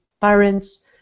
parents